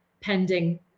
pending